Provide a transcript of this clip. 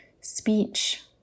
speech